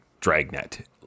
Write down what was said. Dragnet